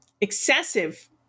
excessive